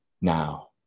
now